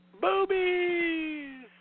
Boobies